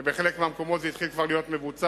ובחלק מהמקומות זה התחיל כבר להיות מבוצע,